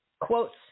quotes